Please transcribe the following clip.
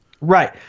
Right